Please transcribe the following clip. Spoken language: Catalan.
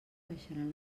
baixaran